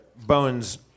Bone's